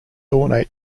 ornate